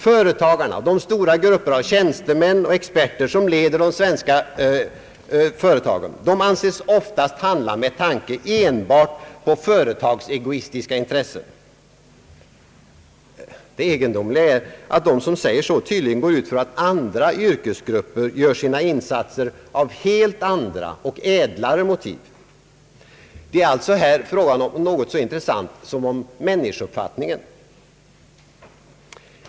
Företagarna och de stora grupper av tjänstemän och experter, som leder företagen i vårt land, anses oftast handla av rent företagsegoistiska motiv. Det egendomliga är, att de som säger så tydligen går ut från att övriga yr kesgrupper gör sina insatser av helt andra och ädlare motiv. Här rör det sig alltså om någonting så intressant som människouppfattningen.